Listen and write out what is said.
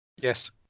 Yes